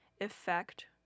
effect